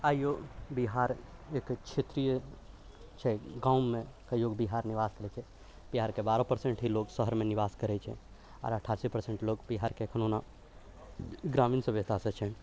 आइओ बिहार एकर क्षेत्रीय छै गाँवमे कहिओ लोक बिहार निवास करै छै एकर बारह पर्सेंट ही लोक शहरमे निवास करै छै आओर अठासी पर्सेंट लोक बिहारके कोनो ने ग्रामीण सभ्यतासँ छै